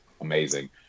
amazing